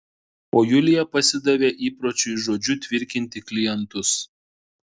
o julija pasidavė įpročiui žodžiu tvirkinti klientus